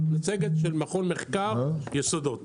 מצגת של מכון מחקר יסודות.